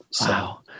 Wow